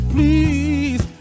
Please